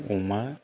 अमा